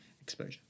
exposure